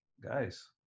guys